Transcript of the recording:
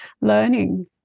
learning